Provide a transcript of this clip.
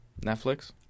Netflix